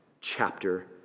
chapter